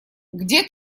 где